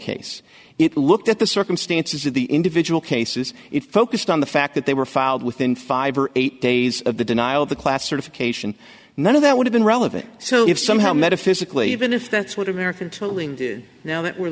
case it looked at the circumstances of the individual cases it focused on the fact that they were filed within five or eight days of the denial of the class certification none of that would have been relevant so if somehow metaphysically even if that's what america is now that we're